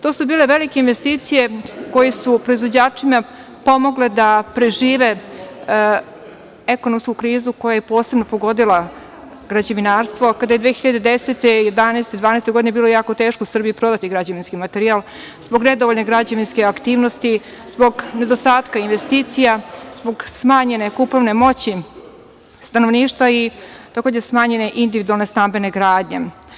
To su bile velike investicije koje su proizvođačima pomogle da prežive ekonomsku krizu koja je posebno pogodila građevinarstvo, kada je 2010, 2011, 2012. godine bilo jako teško u Srbiji prodati građevinski materijal zbog nedovoljne građevinske aktivnosti, zbog nedostatka investicija, zbog smanjene kupovne moći stanovništva i smanjene individualne stambene gradnje.